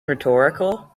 rhetorical